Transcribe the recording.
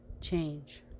change